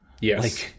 Yes